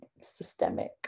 systemic